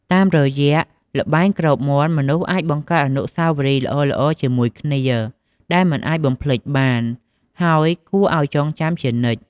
តាមរយៈល្បែងគ្របមាន់ មនុស្សអាចបង្កើតអនុស្សាវរីយ៍ល្អៗជាមួយគ្នា ដែលមិនអាចបំភ្លេចបាន ហើយគួរឱ្យចងចាំជានិច្ច។